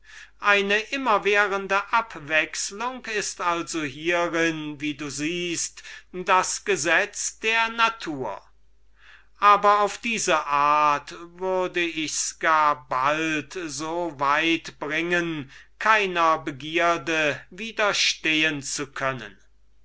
eine immerwährende abwechslung ist also hierin wie du siehst das gesetz der natur aber auf diese art würde ichs gar bald so weit bringen keiner begierde widerstehen zu können